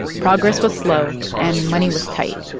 progress was slow, and money was tight.